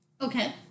Okay